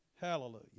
Hallelujah